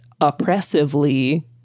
oppressively